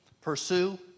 pursue